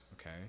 okay